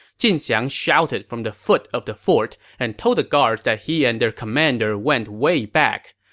jin xiang shouted from the foot of the fort and told the guards that he and their commander went way back.